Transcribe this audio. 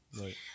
Right